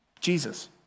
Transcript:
Jesus